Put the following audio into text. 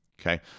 Okay